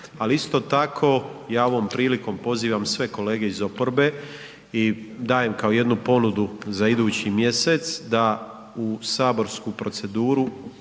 ali isto tako ja ovom prilikom pozivam sve kolege iz oporbe i dajem kao jednu ponudu za idući mjesec da u saborsku proceduru,